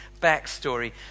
backstory